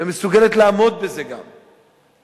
ומסוגלת לעמוד בזה גם.